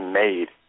made